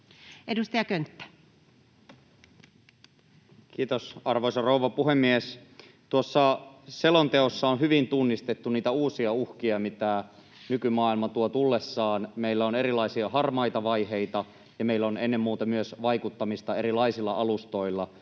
Edustaja Könttä. Kiitos, arvoisa rouva puhemies! Tuossa selonteossa on hyvin tunnistettu niitä uusia uhkia, mitä nykymaailma tuo tullessaan. Meillä on erilaisia harmaita vaiheita, ja meillä on ennen muuta myös vaikuttamista erilaisilla alustoilla.